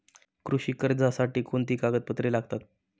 कृषी कर्जासाठी कोणती कागदपत्रे लागतात?